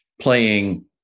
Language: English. playing